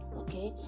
okay